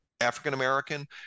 African-American